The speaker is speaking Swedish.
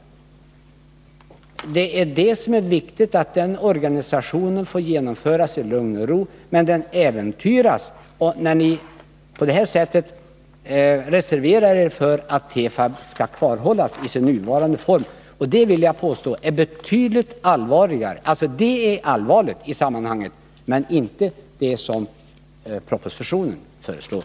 Det viktiga är att den organisationen får genomföras i lugn och ro. Men den äventyras när ni på detta sätt reserverar er för att Tefab skall kvarstå i sin nuvarande form. Detta är betydligt allvarligare än det som propositionen föreslår.